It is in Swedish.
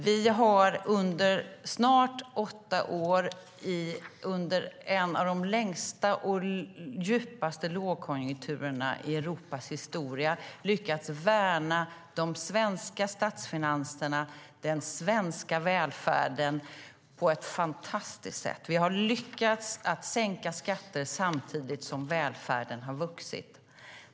Vi har under snart åtta år, under en av de längsta och djupaste lågkonjunkturerna i Europas historia, lyckats värna de svenska statsfinanserna och den svenska välfärden på ett fantastiskt sätt. Vi har lyckats sänka skatter samtidigt som välfärden har vuxit.